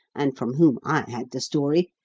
and from whom i had the story,